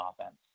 offense